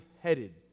headed